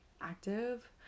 active